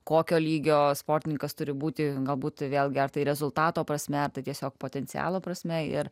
kokio lygio sportininkas turi būti galbūt vėl gerta rezultato prasme tai tiesiog potencialo prasme ir